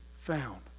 found